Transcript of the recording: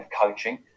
coaching